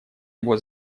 его